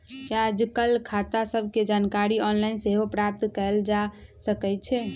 याजकाल खता सभके जानकारी ऑनलाइन सेहो प्राप्त कयल जा सकइ छै